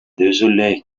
désolé